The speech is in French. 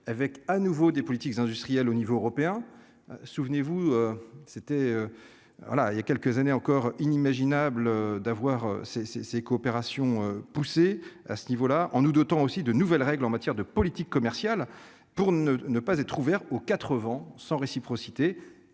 avec à nouveau des politiques industrielles au niveau européen, souvenez-vous, c'était voilà, il y a quelques années encore inimaginable d'avoir ces ces, ces coopérations poussé à ce niveau-là, en nous dotant aussi de nouvelles règles en matière de politique commerciale pour ne pas être ouvert aux 4 vents sans réciprocité